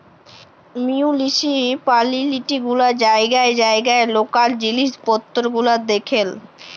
municipality গুলা জাইগায় জাইগায় লকাল জিলিস পত্তর গুলা দ্যাখেল